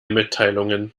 mitteilungen